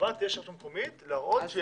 החובה תהיה של הרשות המקומית להראות שהיא העבירה.